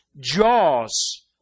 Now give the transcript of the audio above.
jaws